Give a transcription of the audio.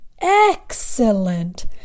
excellent